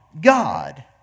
God